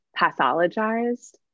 pathologized